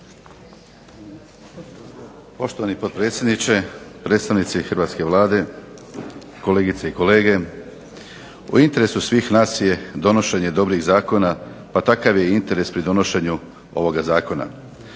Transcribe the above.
Poštovani potpredsjedniče, predstavnici hrvatske Vlade, kolegice i kolege. U interesu svih nas je donošenje dobrih zakona pa takav je i interes pri donošenju ovoga zakona.